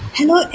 Hello